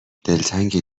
دلتنگ